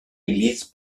église